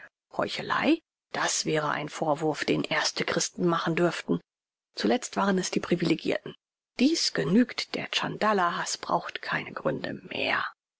heuchelei das wäre ein vorwurf den erste christen machen dürften zuletzt waren es die privilegirten dies genügt der tschandala haß braucht keine gründe mehr